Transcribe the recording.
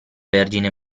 vergine